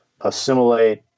assimilate